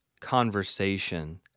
conversation